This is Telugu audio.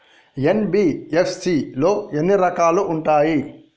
ఎన్.బి.ఎఫ్.సి లో ఎన్ని రకాలు ఉంటాయి?